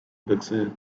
berkshire